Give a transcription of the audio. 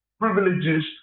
privileges